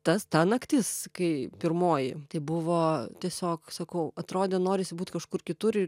tas ta naktis kai pirmoji tai buvo tiesiog sakau atrodė norisi būt kažkur kitur ir